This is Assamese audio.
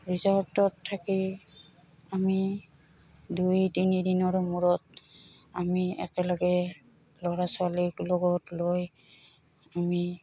ৰিজৰ্টত থাকি আমি দুই তিনিদিনৰ মূৰত আমি একেলগে ল'ৰা ছোৱালীৰক লগত লৈ আমি